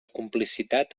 complicitat